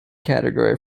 category